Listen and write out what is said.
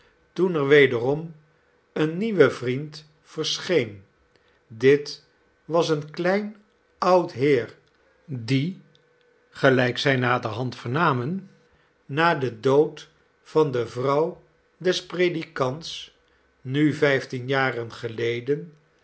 toen er wederom een nieuwe vriend verscheen dit was een klein oud heer die gelijk zij naderhand vernamen na den dood van de vrouw des predikants nu vijftien jaren geleden